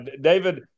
David